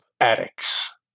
addicts